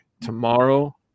tomorrow